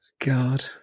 God